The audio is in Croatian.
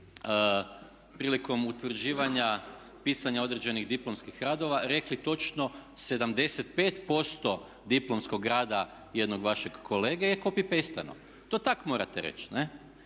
prilikom utvrđivanja pisanja određenih diplomskih radova rekli točno 75% diplomskog rada jednog vašeg kolege je copy-pasteno. To tak' morate reći